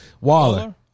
Waller